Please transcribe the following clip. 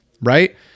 right